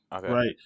Right